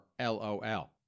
LOL